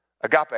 agape